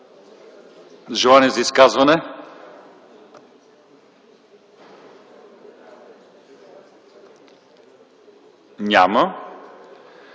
Желание за изказване? Няма.